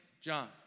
John